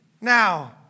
now